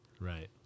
Right